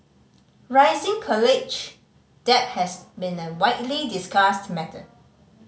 rising college debt has been a widely discussed matter